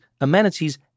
amenities